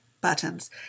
buttons